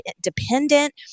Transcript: dependent